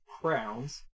crowns